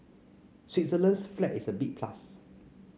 Switzerland's flag is a big plus